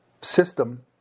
system